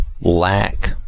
lack